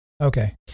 Okay